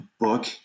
book